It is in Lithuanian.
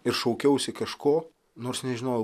ir šaukiausi kažko nors nežinojau